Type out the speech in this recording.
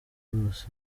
wose